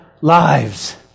lives